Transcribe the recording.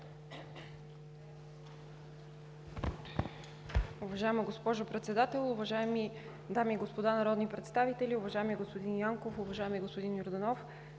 Уважаема госпожо Председател, уважаеми дами и господа народни представители, уважаеми господин Янков, уважаеми господин Йорданов!